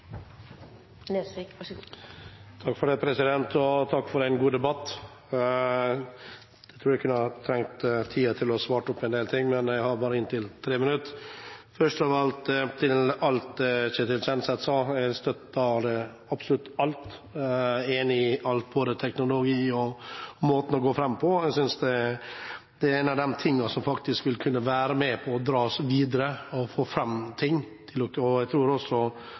Takk for en god debatt. Jeg tror jeg kunne trengt tid til å svare på en del ting, men jeg har altså bare inntil 3 minutter. Først av alt til det Ketil Kjenseth sa. Jeg støtter absolutt alt – jeg er enig i alt, både teknologi og måten å gå fram på. Det er en av de tingene som faktisk vil kunne være med på å dra oss videre og få fram ting.